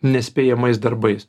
nespėjamais darbais